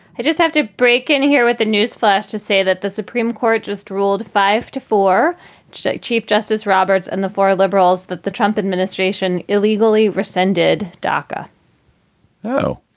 i just have to break in here with a newsflash to say that the supreme court just ruled five to four today, chief justice roberts and the four liberals that the trump administration illegally rescinded daca oh,